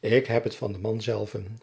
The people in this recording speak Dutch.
ik heb het van den man zelven